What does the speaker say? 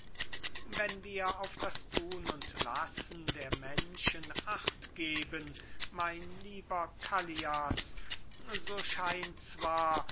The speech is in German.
wenn wir auf das tun und lassen der menschen acht geben mein lieber callias so scheint zwar